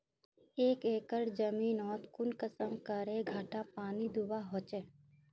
एक एकर जमीन नोत कुंसम करे घंटा पानी दुबा होचए?